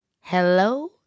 hello